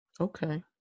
Okay